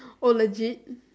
oh legit